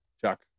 Chuck